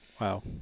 Wow